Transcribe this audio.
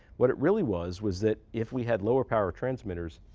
what it really was was that if we had lower power transmitters,